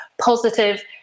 positive